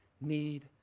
need